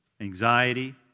Anxiety